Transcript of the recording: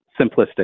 simplistic